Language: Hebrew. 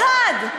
אחד.